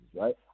right